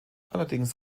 allerdings